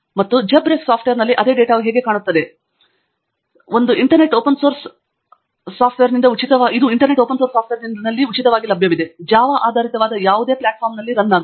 ಮತ್ತು ಜಾಬ್ಆರ್ಫ್ ಸಾಫ್ಟ್ವೇರ್ನಲ್ಲಿ ಅದೇ ಡೇಟಾವು ಹೇಗೆ ಕಾಣುತ್ತದೆ ಎಂಬುದನ್ನು ನಿಮಗೆ ವಿವರಿಸಲು ಇಲ್ಲಿ ಸ್ಕ್ರೀನ್ ಶಾಟ್ ಅನ್ನು ನಾನು ಬಳಸುತ್ತಿದ್ದೇನೆ ಇದು ಇಂಟರ್ನೆಟ್ ಓಪನ್ ಸೋರ್ಸ್ ಸಾಫ್ಟ್ವೇರ್ನಿಂದ ಉಚಿತವಾಗಿ ಲಭ್ಯವಿದೆ ಜಾವಾ ಆಧಾರಿತವಾದ ಯಾವುದೇ ವೇದಿಕೆಯಲ್ಲಿ ರನ್ ಆಗುತ್ತದೆ